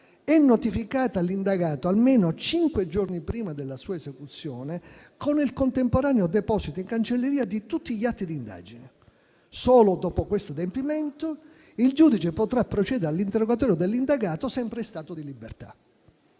e notificata all'indagato almeno cinque giorni prima della sua esecuzione, con il contemporaneo deposito in cancelleria di tutti gli atti di indagine. Solo dopo questo adempimento, il giudice potrà procedere all'interrogatorio dell'indagato, sempre in stato di libertà.